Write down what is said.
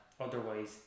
otherwise